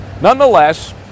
nonetheless